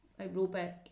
aerobic